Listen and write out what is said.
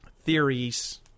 theories